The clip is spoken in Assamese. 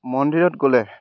মন্দিৰত গ'লে